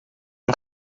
een